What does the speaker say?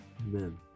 Amen